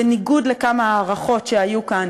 בניגוד לכמה הערכות שהיו כאן,